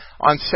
On